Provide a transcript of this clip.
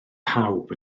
pawb